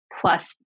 plus